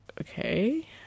okay